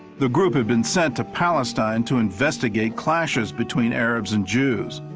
the group had been sent to palestine to investigate clashes between arabs and jews.